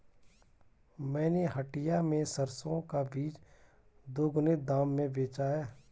मैंने हटिया में सरसों का बीज दोगुने दाम में बेचा है